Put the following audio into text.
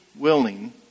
willing